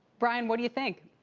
brian, what do you think?